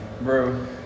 bro